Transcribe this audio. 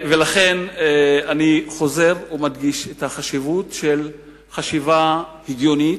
לכן אני חוזר ומדגיש את החשיבות של חשיבה הגיונית,